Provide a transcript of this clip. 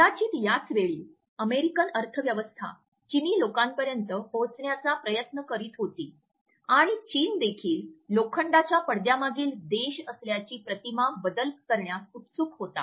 कदाचित याच वेळी अमेरिकन अर्थव्यवस्था चिनी लोकांपर्यंत पोहोचण्याचा प्रयत्न करीत होती आणि चीनदेखील लोखंडाच्या पडद्यामागील देश असल्याची प्रतिमा बदल करण्यास उत्सुक होता